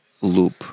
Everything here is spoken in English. loop